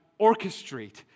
orchestrate